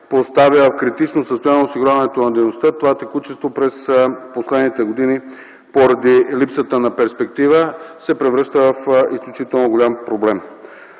поставя в критично състояние осигуряването на дейността. Това текучество през последните години поради липсата на перспектива се превръща в изключително голям проблем.